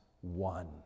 one